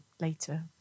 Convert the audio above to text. later